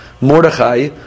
Mordechai